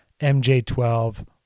mj12